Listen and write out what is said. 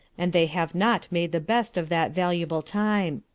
and they have not made the best of that valuable time.